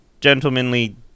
gentlemanly